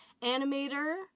animator